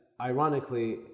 ironically